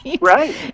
Right